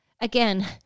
again